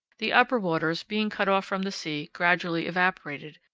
the upper waters, being cut off from the sea, gradually evaporated,